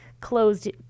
closed